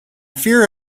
fear